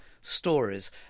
stories